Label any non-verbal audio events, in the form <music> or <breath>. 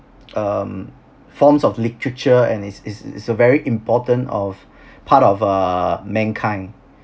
um forms of literature and is is is a very important of <breath> part of err mankind